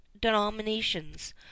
denominations